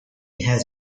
has